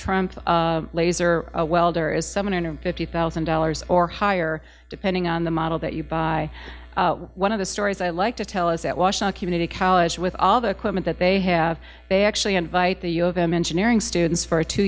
triumph laser a welder is seven hundred fifty thousand dollars or higher depending on the model that you buy one of the stories i like to tell us that wash out community college with all the equipment that they have they actually invite the u of m engineering students for a two